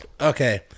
Okay